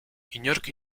inork